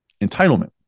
entitlement